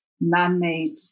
man-made